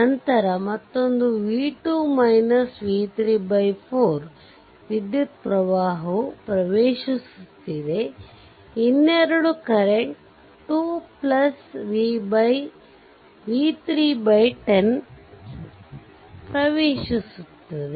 ನಂತರ ಮತ್ತೊಂದು 4 ವಿದ್ಯುತ್ ಪ್ರವಾಹವು ಪ್ರವೇಶಿಸುತ್ತಿದೆಇನ್ನೆರಡು ಕರೆಂಟ್ 2 v3 10 ಪ್ರವೇಶಿಸುತ್ತದೆ